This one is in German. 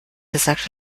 gesagt